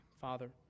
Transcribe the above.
Father